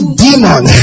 demon